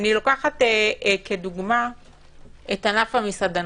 אני לוקחת כדוגמה את ענף המסעדנות.